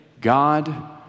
God